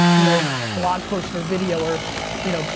you know, blog post or video, or you know,